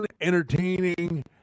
entertaining